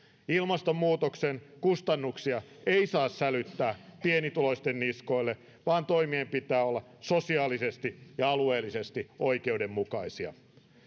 ilmastonmuutoksen kustannuksia ei saa sälyttää pienituloisten niskoille vaan toimien pitää olla sosiaalisesti ja alueellisesti oikeudenmukaisia